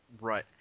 Right